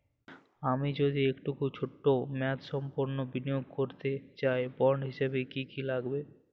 আমি যদি একটু ছোট মেয়াদসম্পন্ন বিনিয়োগ করতে চাই বন্ড হিসেবে কী কী লাগবে?